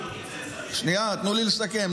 --- שנייה, תנו לי לסכם.